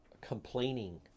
complaining